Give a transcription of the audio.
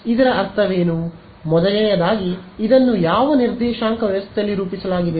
ಇದರ ಅರ್ಥವೇನು ಮೊದಲನೆಯದಾಗಿ ಇದನ್ನು ಯಾವ ನಿರ್ದೇಶಾಂಕ ವ್ಯವಸ್ಥೆಯಲ್ಲಿ ರೂಪಿಸಲಾಗಿದೆ